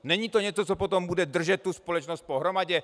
Není to něco, co potom bude držet tu společnost pohromadě?